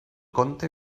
conte